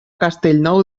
castellnou